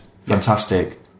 Fantastic